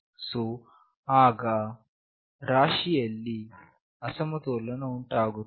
so ಆಗ ರಾಶಿಯಲ್ಲಿ ಅಸಮತೋಲನ ಉಂಟಾಗುತ್ತದೆ